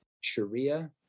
Sharia